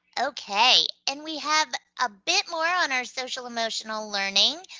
okay. and we have a bit more on our social-emotional learning,